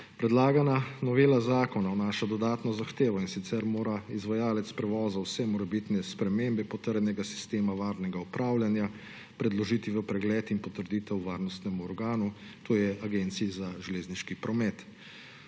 Predlagana novela zakona vnaša dodatno zahtevo, in sicer mora izvajalec prevozov vse morebitne spremembe potrjenega sistema varnega upravljanja predložiti v pregled in potrditev varnostnemu organu, to je Javni agenciji za železniški promet.